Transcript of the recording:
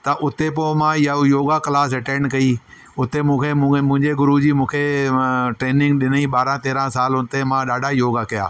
त उते पोइ मां य योगा क्लास अटेन कयी उते मूंखे मुंगे मुंहिंजे गुरु जी मूंखे ट्रेनिंग ॾिनई बारहं तेरहं साल उते मां योगा कया